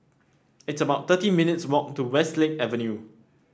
it's about thirty minutes walk to Westlake Avenue